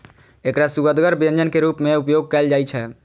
एकरा सुअदगर व्यंजन के रूप मे उपयोग कैल जाइ छै